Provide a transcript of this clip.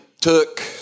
took